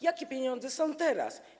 Jakie pieniądze są teraz?